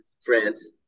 France